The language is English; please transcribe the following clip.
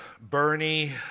Bernie